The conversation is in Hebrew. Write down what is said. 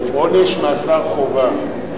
עונש מאסר חובה,